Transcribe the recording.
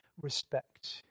Respect